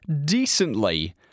decently